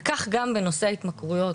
וכך גם בנושא ההתמכרויות.